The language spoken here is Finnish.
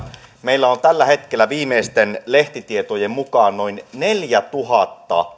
meillä on tällä hetkellä viimeisten lehtitietojen mukaan noin neljätuhatta